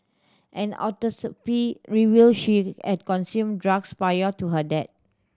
an autopsy revealed she at consumed drugs prior to her death